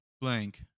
blank